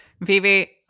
Vivi